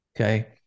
Okay